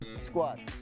Squats